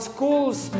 School's